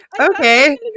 Okay